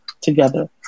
together